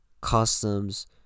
customs